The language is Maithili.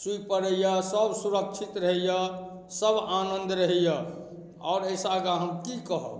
सुइ पड़ैए सब सुरक्षित रहैए सब आनन्द रहैए आओर एहिसँ आगाँ हम कि कहब